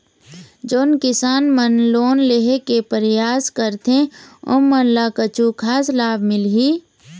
जोन किसान मन लोन लेहे के परयास करथें ओमन ला कछु खास लाभ मिलही?